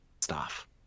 staff